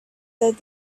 that